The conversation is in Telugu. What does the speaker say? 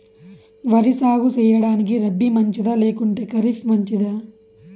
వరి సాగు సేయడానికి రబి మంచిదా లేకుంటే ఖరీఫ్ మంచిదా